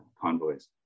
convoys